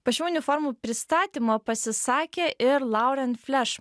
po šių uniformų pristatymo pasisakė ir lauren fleš